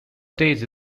stage